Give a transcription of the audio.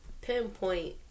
pinpoint